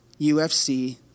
UFC